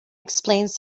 explains